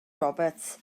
roberts